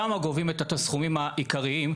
שם גובים את הסכומים העיקריים.